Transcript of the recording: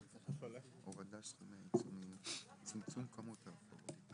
אנחנו פותחים את ישיבת ועדת העבודה והרווחה,